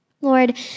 Lord